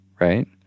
right